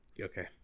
okay